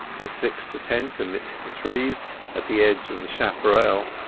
they fixed the tent amidst the trees at the edge of the chapparel,